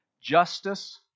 justice